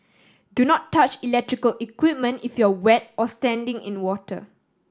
do not touch electrical equipment if you wet or standing in water